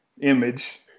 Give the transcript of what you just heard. image